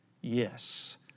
yes